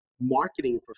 marketing